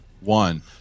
one